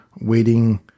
waiting